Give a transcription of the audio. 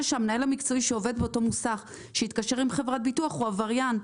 שהמנהל המקצועי שעובד באותו מוסך שהתקשר עם חברת ביטוח הוא עבריין.